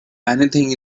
anything